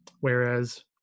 whereas